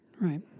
Right